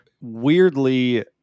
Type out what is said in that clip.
weirdly